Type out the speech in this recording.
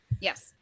yes